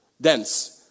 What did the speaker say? dense